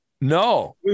No